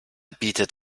bietet